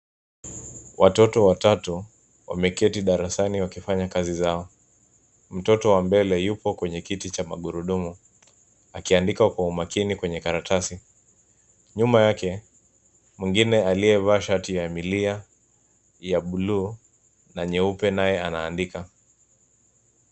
Watoto watatu, wameketi darasani wakifanya kazi zao. Mtoto wa mbele yupo kwenye kiti cha magurudumu, akiandika kwa umakini kwenye karatasi. Nyuma yake, mwingine aliyevaa shati ya milia ya bluu na nyeupe naye anaandika.